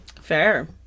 Fair